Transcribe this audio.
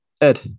ed